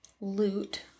loot